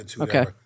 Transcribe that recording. okay